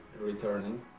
returning